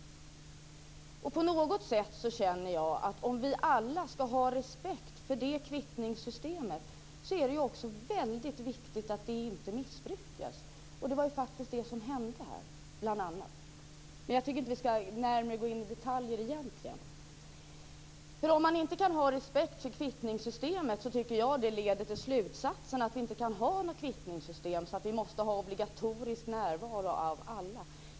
På något sätt känner jag att om vi alla skall ha respekt för det kvittningssystemet är det också väldigt viktigt att det inte missbrukas, och det var ju faktiskt bl.a. det som hände här. Men jag tycker inte att vi skall gå närmare in på detaljer egentligen. Om man inte kan ha respekt för kvittningssystemet så tycker jag att det leder till slutsatsen att vi inte kan ha något kvittningssystem, utan att vi måste ha obligatorisk närvaro av alla.